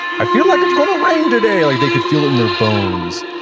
i feel like it's going to rain today. like they could feel it in their bones.